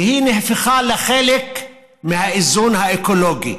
והיא נהפכה לחלק מהאיזון האקולוגי.